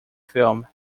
film